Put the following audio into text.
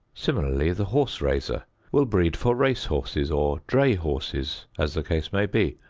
similarly the horse-raiser will breed for race horses or dray horses as the case may be,